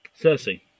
Cersei